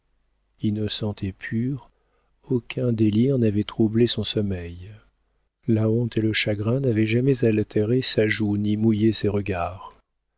innocente et pure aucun délire n'avait troublé son sommeil la honte et le chagrin n'avaient jamais altéré sa joue ni mouillé ses regards